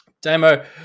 Demo